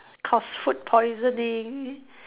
cause food poisoning